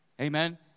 Amen